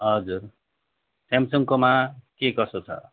हजुर स्यामसङकोमा के कसो छ